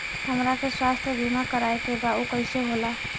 हमरा के स्वास्थ्य बीमा कराए के बा उ कईसे होला?